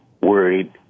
worried